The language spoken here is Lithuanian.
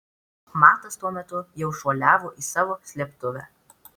matas tuo metu jau šuoliavo į savo slėptuvę